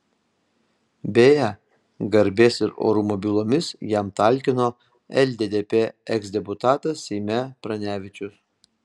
beje garbės ir orumo bylomis jam talkino lddp eksdeputatas seime pranevičius